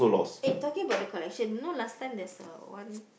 [eh]talking about the collection you know last time there's a one